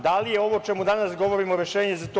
Da li je ovo o čemu danas govorimo rešenje za to?